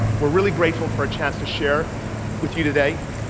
we're really grateful for a chance to share with you today.